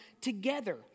together